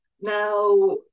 now